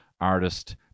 artist